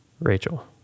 Rachel